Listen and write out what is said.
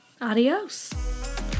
Adios